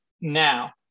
now